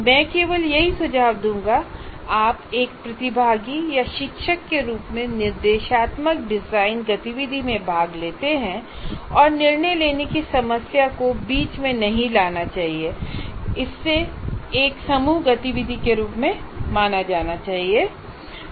मैं केवल यही सुझाव दूंगा आप एक प्रतिभागी या शिक्षक के रूप मेंनिर्देशात्मक डिजाइन गतिविधि में भाग लेते हैं निर्णय लेने की समस्या को बीच में नहीं लाना चाहिए इसे एक समूह गतिविधि के रूप में माना जाना चाहिए